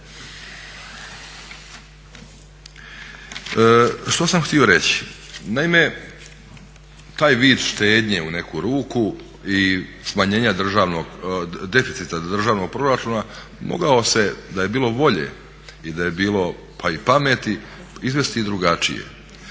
Što sam htio reći? Naime, taj vid štednje u neku ruku i deficita državnog proračuna mogao se, da je bilo volje i da je bilo pa i pameti, izvesti i drugačije.